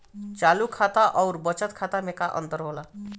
चालू खाता अउर बचत खाता मे का अंतर होला?